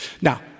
Now